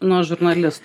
nuo žurnalistų